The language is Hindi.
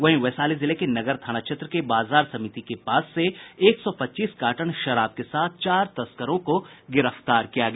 वहीं वैशाली जिले के नगर थाना क्षेत्र के बाजार समिति के पास एक सौ पच्चीस कार्टन शराब के साथ चार तस्करों को गिरफ्तार किया गया